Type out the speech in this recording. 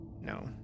no